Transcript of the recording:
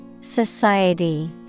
Society